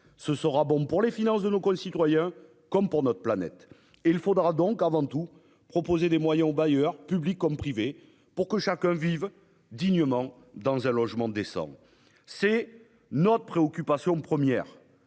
Ce sera bon pour les finances de nos concitoyens comme pour notre planète. Il faudra donc, avant tout, proposer des moyens aux bailleurs, publics comme privés, pour que chacun vive dignement dans un logement décent. Telle est notre préoccupation première